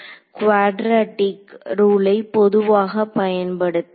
quadratic ரூலை பொதுவாக பயன்படுத்துங்கள்